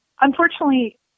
unfortunately